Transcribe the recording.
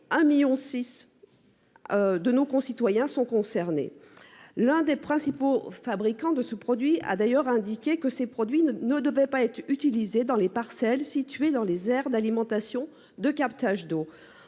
un million six. De nos concitoyens sont concernés. L'un des principaux fabricants de ce produit a d'ailleurs indiqué que ces produits ne ne devait pas être utilisée dans les parcelles situées dans les aires d'alimentation de captage d'eau